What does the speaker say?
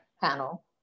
panel